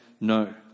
no